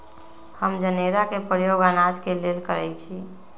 हम जनेरा के प्रयोग अनाज के लेल करइछि